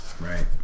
Right